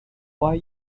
why